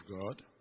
God